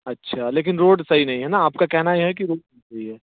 अच्छा लेकिन रोड सही नहीं है ना आपका कहना ये है कि